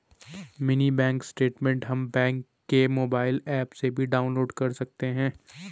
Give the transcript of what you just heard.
mini bank statement हम bank के mobile app से भी डाउनलोड कर सकते है